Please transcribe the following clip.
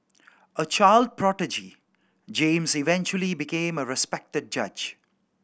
a child prodigy James eventually became a respected judge